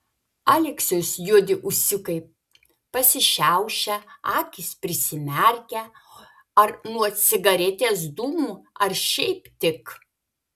aleksiaus juodi ūsiukai pasišiaušia akys prisimerkia ar nuo cigaretės dūmų ar šiaip tik